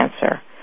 cancer